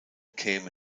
came